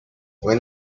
when